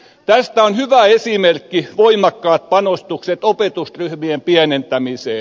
tästä on hyvä esimerkki voimakkaat panostukset opetusryhmien pienentämiseen